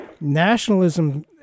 nationalism